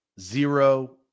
zero